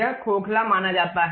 यह खोखला माना जाता है